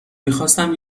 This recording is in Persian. میخواستم